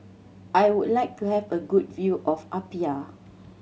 I would like to have a good view of Apia